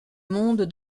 monde